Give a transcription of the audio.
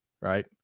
right